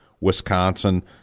Wisconsin